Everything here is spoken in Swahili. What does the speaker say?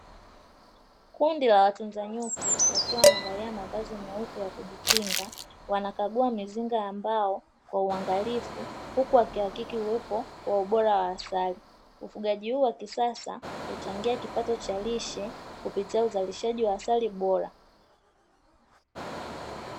Kundi la watunza nyuki, wakiwa wamevalia mavazi meupe ya kujikinga, wanakagua mizinga ya mbao kwa uangalifu huku wakihakiki uwepo wa ubora wa asali. Ufugaji huu wa kisasa huchangia kipato cha lishe kupitia uzalishaji wa asali bora.